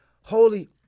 holy